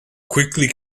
quickly